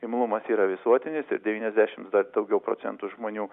imlumas yra visuotinis ir devyniasdešim dar daugiau procentų žmonių